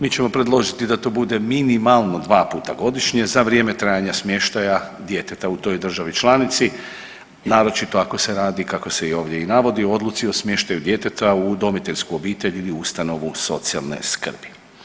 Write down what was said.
Mi ćemo predložiti da to bude minimalno 2 puta godišnje za vrijeme trajanja smještaja djeteta u toj državi članici, naročito ako se radi, kako se i ovdje i navodi, o odluci o smještaju djeteta u udomiteljsku obitelj ili u ustanovu socijalne skrbi.